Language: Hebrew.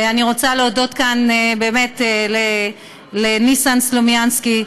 אני רוצה להודות כאן לניסן סלומינסקי,